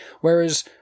Whereas